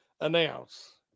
announce